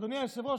אדוני היושב-ראש,